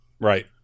Right